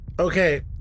Okay